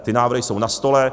Ty návrhy jsou na stole.